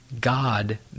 God